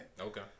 Okay